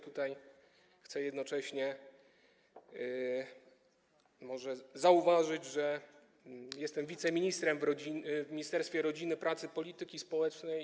Tutaj chcę jednocześnie zauważyć, że jestem wiceministrem w Ministerstwie Rodziny, Pracy i Polityki Społecznej.